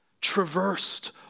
traversed